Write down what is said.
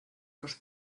los